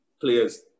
players